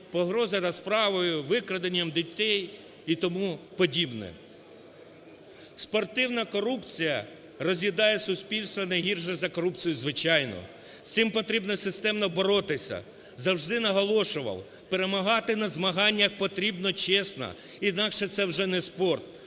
погроза розправою, викраденням дітей і тому подібне. Спортивна корупція роз'їдає суспільство найгірше за корупцію звичайну. З цим потрібно системно боротися. Завжди наголошував: перемагати на змаганнях потрібно чесно, інакше це вже не спорт,